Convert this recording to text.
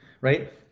right